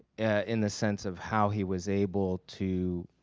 in the sense of how he was able to